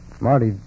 Marty